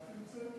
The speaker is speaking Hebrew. את המצאת?